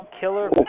Killer